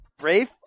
Rafe